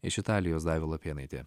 iš italijos daiva lapėnaitė